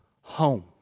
home